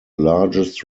largest